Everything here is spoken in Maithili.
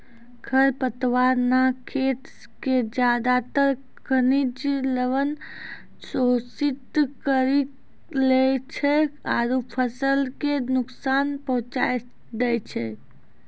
खर पतवार न खेत के ज्यादातर खनिज लवण शोषित करी लै छै आरो फसल कॅ नुकसान पहुँचाय दै छै